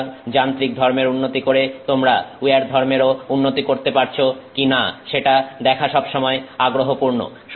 সুতরাং যান্ত্রিক ধর্মের উন্নতি করে তোমরা উইয়ার ধর্মেরও উন্নতি করতে পারছো কিনা সেটা দেখা সব সময় আগ্রহপূর্ণ